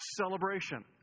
celebration